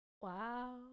Wow